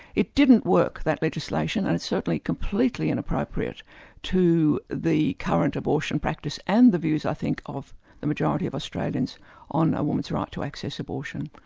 it didn't work, that legislation, and it's certainly completely inappropriate to the current abortion practice and the views i think of the majority of australians on a woman's right to access abortion.